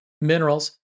minerals